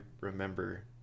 remember